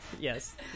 yes